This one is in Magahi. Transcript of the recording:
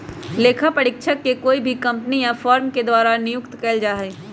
लेखा परीक्षक के कोई भी कम्पनी या फर्म के द्वारा नियुक्त कइल जा हई